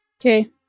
Okay